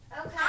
Okay